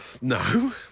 No